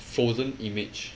frozen image